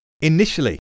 Initially